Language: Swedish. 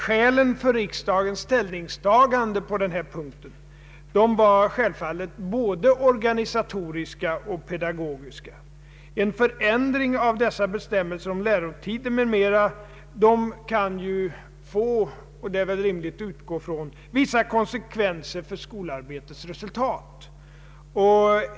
Skälen för riksdagens ställningstagande på denna punkt var självfallet både organisatoriska och pedagogiska. En förändring av dessa bestämmelser om lärotiden m.m. kan — det är väl rimligt att utgå från det — få vissa konsekvenser för Sskolarbetets resultat.